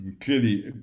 clearly